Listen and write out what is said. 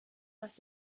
dass